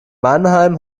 mannheim